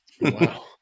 Wow